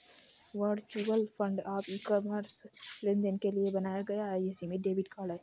virtual card e commerce लेनदेन के लिए बनाया गया एक सीमित डेबिट कार्ड है